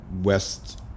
west